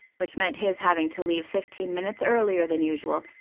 which meant his having to leave fifteen minutes earlier than usual,